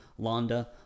Londa